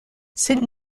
cette